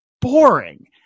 boring